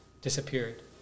disappeared